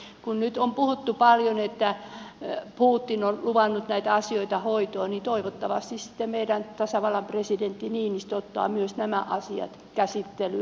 eli kun nyt on puhuttu paljon että putin on luvannut näitä asioita hoitaa niin toivottavasti sitten tasavallan presidentti niinistö ottaa myös nämä asiat käsittelyyn